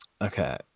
Okay